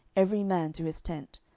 every man to his tent.